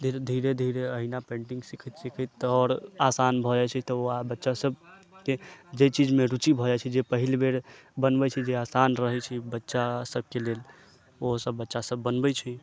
फिर धीरे धीरे अहिना पेंटिंग सीखैत सीखैत तऽ आओर आसान भऽ जाइ छै तऽ ओ बच्चासभके जे चीजमे रुचि भऽ जाइ छै जे पहिल बेर बनबै छै जे आसान रहै छै बच्चासभके लेल ओसभ बच्चासभ बनबै छै